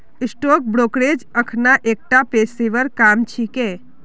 stock brokerage अखना एकता पेशेवर काम छिके